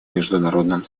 международном